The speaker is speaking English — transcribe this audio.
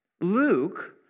Luke